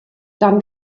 dann